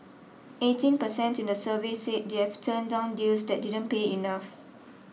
eighteen percent in the survey said they've turned down deals that didn't pay enough